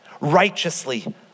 righteously